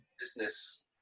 business